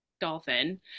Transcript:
dolphin